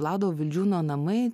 vlado vildžiūno namai